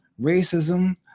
racism